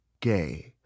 gay